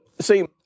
see